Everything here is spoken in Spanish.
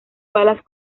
balas